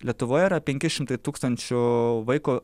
lietuvoje yra penki šimtai tūkstančių vaiko